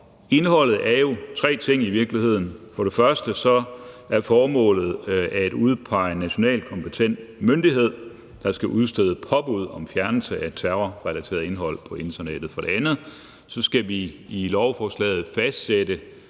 Indholdet er i virkeligheden tre ting. For det første er formålet at udpege en nationalt kompetent myndighed, der skal udstede et påbud om fjernelse af terrorrelateret indhold på internettet. For det andet skal vi i lovforslaget fastsætte